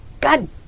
god